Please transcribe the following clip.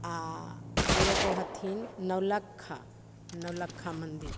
आओर एगो हथिन नौलक्खा नौलक्खा मन्दिर